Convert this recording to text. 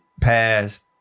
past